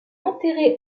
enterré